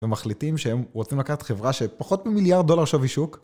ומחליטים שהם רוצים לקחת חברה שפחות ממיליארד דולר שווי שוק,